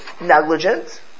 negligent